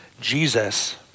Jesus